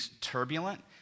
turbulent